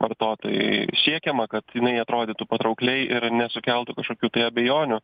vartotojui siekiama kad jinai atrodytų patraukliai ir nesukeltų kažkokių abejonių